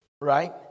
right